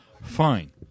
fine